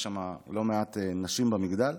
יש שם לא מעט נשים במגדל,